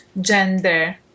gender